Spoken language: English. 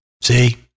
See